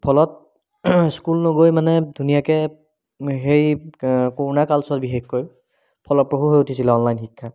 ফলত স্কুল নগৈ মানে ধুনীয়াকৈ সেই কৰোণা কালছোৱাত বিশেষকৈ ফলপ্ৰসু হৈ উঠিছিলে অনলাইন শিক্ষা